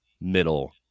middle